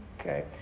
okay